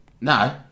No